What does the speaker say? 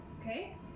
Okay